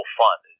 fun